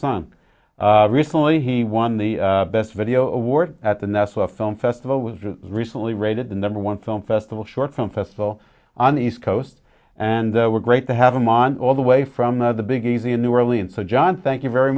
done recently he won the best video award at the nestle film festival was recently rated the number one film festival short film festival on the east coast and we're great to have him on all the way from the big easy in new orleans so john thank you very